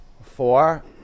four